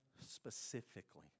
specifically